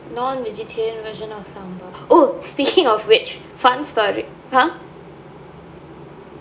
non vegetarian version of sambar oh speaking of which fun story !huh!